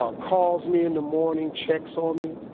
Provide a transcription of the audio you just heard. ah calls me in the morning, checks on me,